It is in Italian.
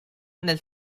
nel